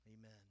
amen